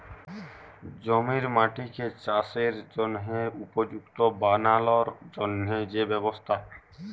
জমির মাটিকে চাসের জনহে উপযুক্ত বানালর জন্হে যে ব্যবস্থা